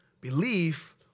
belief